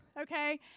okay